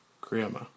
Grandma